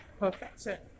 perfection